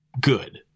good